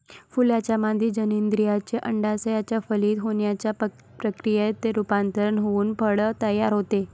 फुलाच्या मादी जननेंद्रियाचे, अंडाशयाचे फलित होण्याच्या प्रक्रियेत रूपांतर होऊन फळ तयार होते